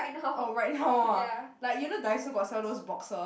oh right now ah like you know Daiso got sell those boxes